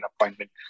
appointment